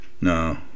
No